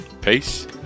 Peace